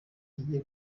igiye